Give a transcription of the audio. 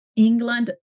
England